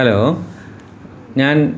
hello ഞാൻ